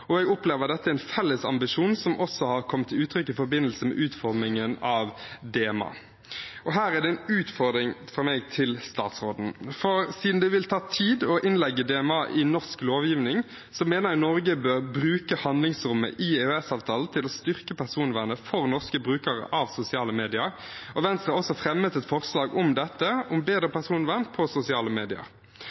Jeg opplever at dette er en felles ambisjon som også har kommet til uttrykk i forbindelse med utformingen av DMA. Her er det en utfordring fra meg til statsråden: Siden det vil ta tid å innlemme DMA i norsk lovgivning, mener jeg Norge bør bruke handlingsrommet i EØS-avtalen til å styrke personvernet for norske brukere av sosiale medier. Venstre har også fremmet et forslag om bedre personvern på sosiale medier.